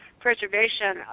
preservation